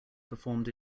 performed